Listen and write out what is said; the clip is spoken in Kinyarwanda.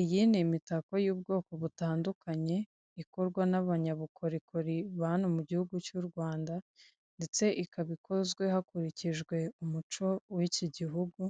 Iyi ni imitako y'ubwoko butandukanye, ikorwa n'abanyabukorikori ba hano mu Gihugu cy'u Rwanda, ndetse ikaba ikozwe hakurikijwe umuco w'iki Gihugu,